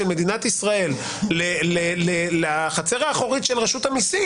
מדינת ישראל לחצר האחורית של רשות המסים